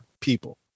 people